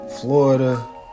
Florida